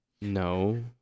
No